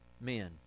men